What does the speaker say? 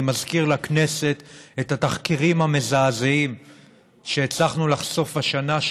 אני מזכיר לכנסת את התחקירים המזעזעים שהצלחנו לחשוף השנה,